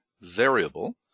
variable